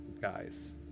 guys